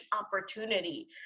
opportunity